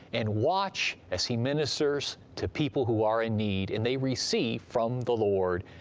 and watch as he ministers to people who are in need, and they receive from the lord.